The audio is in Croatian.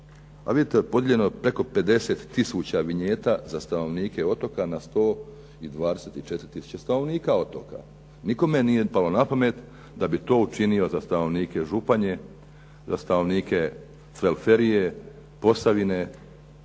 Pa vidite podijeljeno je preko 50 tisuća vinjeta za stanovnike otoka na 124 tisuće stanovnika otoka. Nikome nije palo na pamet da bi to učinio za stanovnike Županije, za stavnovnike …/Govornik se ne